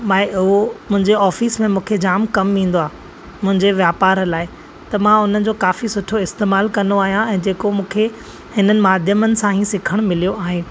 माई उहो मुंहिंजे आफिस में मूंखे जाम कमु ईंदो आहे मुंहिंजे वापार लाइ त मां हुनजो काफ़ी सुठो इस्तेमालु कंदो आहियां ऐं जेको मूंखे हिननि माध्यमनि सां ई सिखणु मिलियो आहे